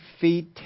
feet